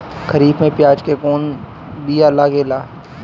खरीफ में प्याज के कौन बीया लागेला?